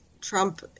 Trump